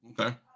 Okay